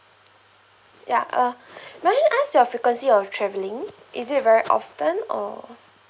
ya uh may I ask your frequency of travelling is it very often or